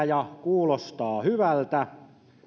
ja kuulostaa hyvältä